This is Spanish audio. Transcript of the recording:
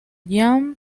jam